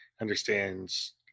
understands